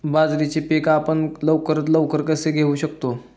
बाजरीचे पीक आपण लवकरात लवकर कसे घेऊ शकतो?